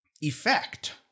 effect